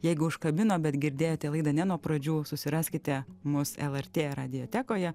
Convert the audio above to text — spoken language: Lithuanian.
jeigu užkabino bet girdėjote laidą ne nuo pradžių susiraskite mus lrt radijotekoje